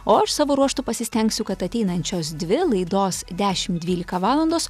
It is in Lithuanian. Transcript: o aš savo ruožtu pasistengsiu kad ateinančios dvi laidos dešim dvylika valandos